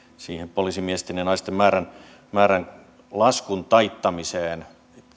siihen poliisimiesten ja naisten määrän määrän laskun taittamiseen